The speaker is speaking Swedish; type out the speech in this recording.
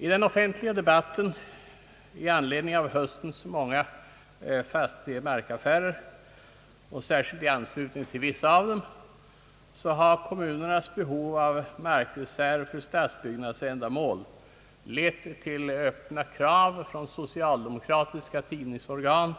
I den offentliga debatten i anledning av höstens många fastighetsoch markaffärer, och särskilt i anslutning till vissa av dem, har kommunernas behov av markreserver till stadsbyggnadsändamål lett till öppna krav från socialdemokratiska tidningsorgan